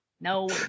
No